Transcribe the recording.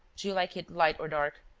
do you like it light or dark.